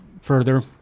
further